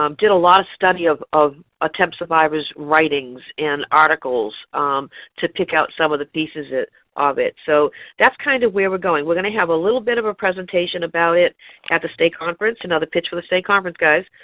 um did a lot of study of of attempt survivors' writings and articles to pick out some of the pieces of it. so that's kind of where we're going. we're going to have a little bit of a presentation about it at the state conference another pitch for the state conference, guys.